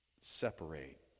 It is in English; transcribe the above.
separate